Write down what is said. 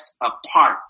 apart